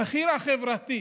המחיר החברתי,